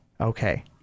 Okay